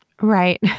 Right